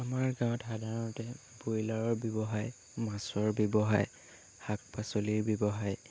আমাৰ গাঁৱত সাধাৰণতে ব্ৰইলাৰৰ ব্যৱসায় মাছৰ ব্যৱসায় শাক পাচলিৰ ব্যৱসায়